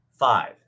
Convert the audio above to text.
Five